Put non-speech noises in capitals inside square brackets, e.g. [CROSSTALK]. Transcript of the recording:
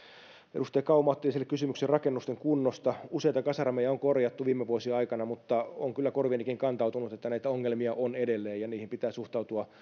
edustaja kauma otti esille kysymyksen rakennusten kunnosta useita kasarmeja on korjattu viime vuosien aikana mutta on kyllä korviinikin kantautunut että näitä ongelmia on edelleen niihin pitää suhtautua [UNINTELLIGIBLE]